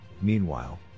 meanwhile